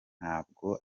ntabwo